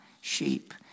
sheep